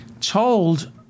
told